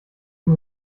man